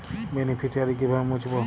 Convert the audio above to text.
Beneficiary কিভাবে মুছব?